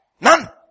None